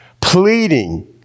pleading